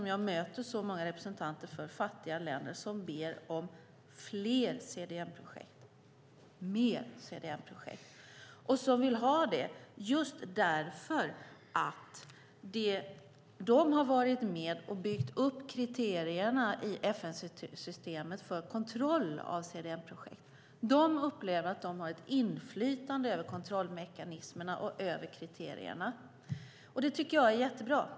Jag möter så många representanter för fattiga länder som ber om fler CDM-projekt. De vill ha det eftersom de har varit med och byggt upp kriterierna i FN-systemet för kontroll av CDM-projekt. De upplever att de har ett inflytande över kontrollmekanismerna och kriterierna. Det tycker jag är bra.